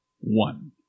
one